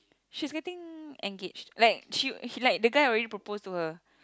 she's getting engaged like the guy already proposed to her